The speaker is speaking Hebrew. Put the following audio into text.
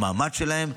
והמעמד שלהם,